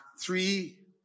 three